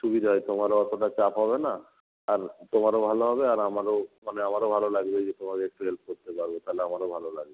সুবিধা হয় তোমারও অতটা চাপ হবে না আর তোমারও ভালো হবে আর আমারও মানে আমারও ভালো লাগবে যে তোমাকে একটু হেল্প করতে পারবো তাহলে আমারও ভালো লাগবে